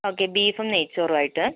okay ബീഫും നെയ്ച്ചോറും ആയിട്ട്